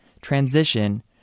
transition